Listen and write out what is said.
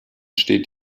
steht